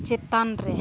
ᱪᱮᱛᱟᱱ ᱨᱮ